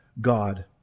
God